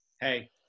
hey